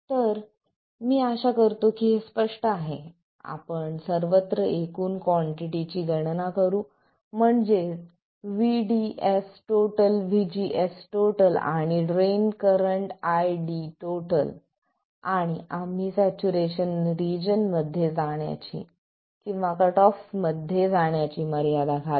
तर मी आशा करतो की हे स्पष्ट आहे आपण सर्वत्र एकूण कॉन्टिटी ची गणना करू म्हणजे VDS VGS आणि ड्रेन करंट ID आणि आम्ही सॅच्युरेशन रिजन मध्ये जाण्याची किंवा कट ऑफ मध्ये जाण्याची मर्यादा घालतो